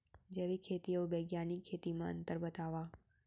जैविक खेती अऊ बैग्यानिक खेती म अंतर बतावा?